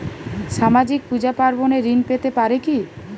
সামাজিক পূজা পার্বণে ঋণ পেতে পারে কি?